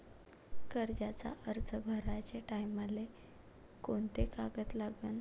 कर्जाचा अर्ज भराचे टायमाले कोंते कागद लागन?